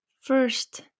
first